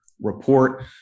report